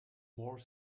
more